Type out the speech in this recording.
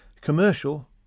Commercial